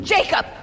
Jacob